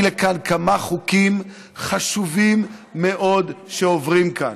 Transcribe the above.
לכאן כמה חוקים חשובים מאוד שעוברים כאן.